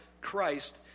Christ